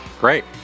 Great